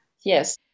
Yes